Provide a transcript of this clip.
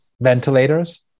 ventilators